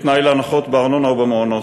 כתנאי להנחות בארנונה ובמעונות.